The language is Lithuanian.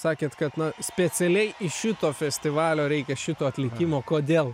sakėt kad na specialiai iš šito festivalio reikia šito atlikimo kodėl